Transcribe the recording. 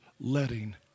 letting